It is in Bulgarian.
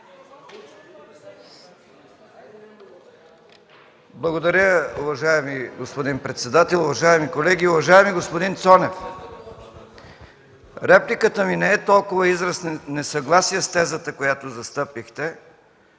Благодаря, уважаеми господин председател. Уважаеми колеги! Уважаеми господин Цонев, репликата ми не е толкова израз на несъгласие с тезата, която застъпихте,